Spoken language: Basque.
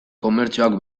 komertzioak